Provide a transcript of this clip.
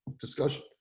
discussion